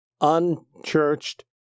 unchurched